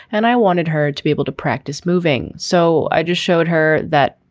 and i wanted her to be able to practice moving. so i just showed her that.